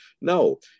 no